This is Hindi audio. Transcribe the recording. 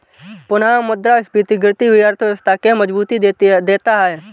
पुनःमुद्रस्फीति गिरती हुई अर्थव्यवस्था के मजबूती देता है